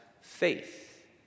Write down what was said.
faith